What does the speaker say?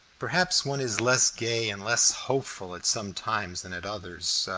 perhaps one is less gay and less hopeful at some times than at others.